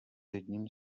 jedním